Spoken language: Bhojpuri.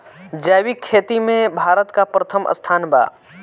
जैविक खेती में भारत का प्रथम स्थान बा